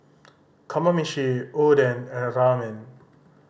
Kamameshi Oden and Ramen